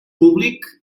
públic